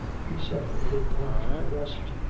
he separated one from the rest,